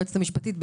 היועצת המשפטית,